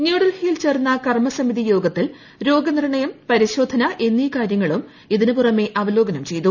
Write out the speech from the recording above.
ന്യൂഡൽഹിയിൽ ചേർന്ന കർമ്മസമിതി യോഗത്തിൽ രോഗനിർണ്ണയം പരിശോധന എന്നീ കാര്യങ്ങളും ഇതിനു പുറമേ അവലോകനം ചെയ്തു